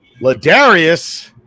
Ladarius